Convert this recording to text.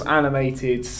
animated